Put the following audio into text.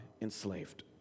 enslaved